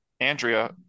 Andrea